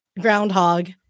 groundhog